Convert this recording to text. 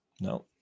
No